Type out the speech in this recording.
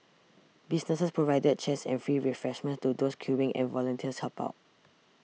businesses provided chairs and free refreshments to those queuing and volunteers helped out